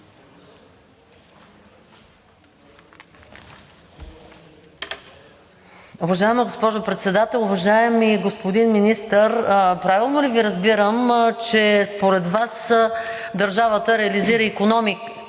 Уважаема госпожо Председател! Уважаеми господин Министър, правилно ли Ви, разбирам, че според Вас, държавата реализира икономии,